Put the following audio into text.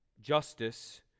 justice